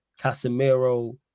Casemiro